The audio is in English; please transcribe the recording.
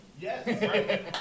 Yes